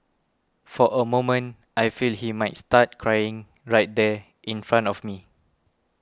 for a moment I feel he might start crying right there in front of me